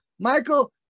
Michael